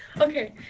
okay